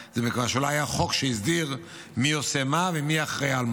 זה בגלל שלא היה חוק שהסדיר מי עושה מה ומי אחראי על מה.